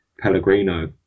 Pellegrino